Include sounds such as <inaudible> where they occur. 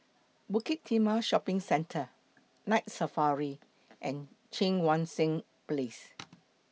Bukit Timah Shopping Centre Night Safari and Cheang Wan Seng Place <noise>